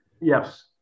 Yes